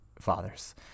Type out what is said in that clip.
fathers